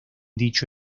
dicho